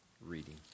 reading